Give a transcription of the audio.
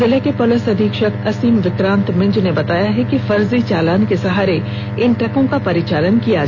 जिले के पुलिस अधीक्षक असीम विक्रांत मिंज ने बताया कि फर्जी चालान के सहारे इन ट्रकों का परिचालन किया जा रहा था